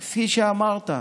כפי שאמרת,